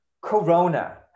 Corona